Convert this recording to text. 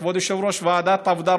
כבוד יושב-ראש ועדת העבודה,